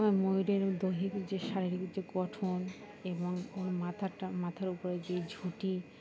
ময়ূরের দৈহিক যে শারীরিক যে গঠন এবং ওই মাথাটা মাথার উপরে যেই ঝুঁটি